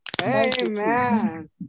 Amen